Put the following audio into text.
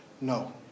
no